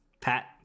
pat